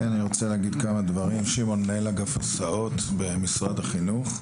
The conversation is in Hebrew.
אני מנהל אגף הסעות במשרד החינוך.